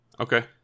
Okay